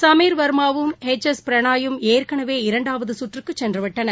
சமீர் வர்மாவும் H S பிரணாயும் ஏற்கனவே இரண்டாவதுகற்றுக்குசென்றுவிட்டனர்